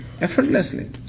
effortlessly